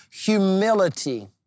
humility